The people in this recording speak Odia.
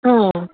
ହଁ